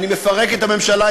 אני מפרק את הממשלה,